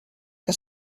que